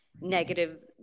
negative